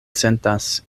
sentas